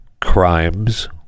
crimes